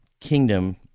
kingdom